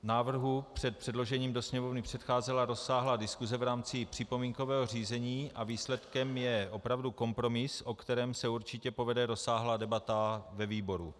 Návrhu před předložením do Sněmovny předcházela rozsáhlá diskuse v rámci připomínkového řízení a výsledkem je opravdu kompromis, o kterém se určitě povede rozsáhlá debata ve výboru.